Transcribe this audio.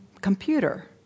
computer